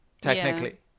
technically